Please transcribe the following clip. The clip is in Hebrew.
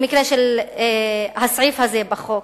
במקרה של הסעיף הזה בחוק.